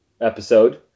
episode